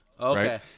Okay